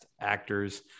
actors